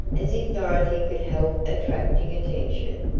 as if dorothy could help attracting attention!